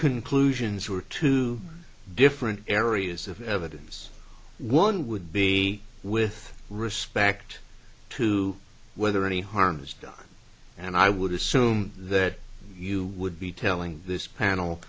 conclusions were two different areas of evidence one would be with respect to whether any harm is done and i would assume that you would be telling this panel